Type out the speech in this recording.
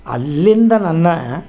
ಅಲ್ಲಿಂದ ನನ್ನ